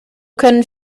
können